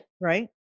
Right